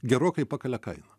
gerokai pakelia kainą